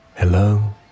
Hello